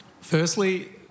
firstly